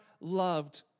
loved